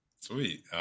sweet